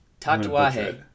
Tatuaje